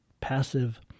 passive